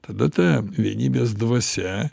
tada ta vienybės dvasia